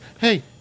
hey